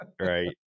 right